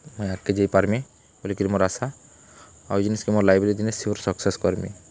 ମୁଇଁ ଆଗ୍କେ ଯାଇ ପାର୍ମି ବୋଲିକିରି ମୋର୍ ଆଶା ଆଉ ଇ ଜିନିଷ୍କେ ମୋର୍ ଲାଇଫ୍ରେ ଦିନେ ସିଓର୍ ସକ୍ସେସ୍ କର୍ମି